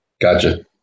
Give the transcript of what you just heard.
Gotcha